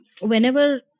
whenever